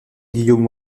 guillaume